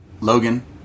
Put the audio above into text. Logan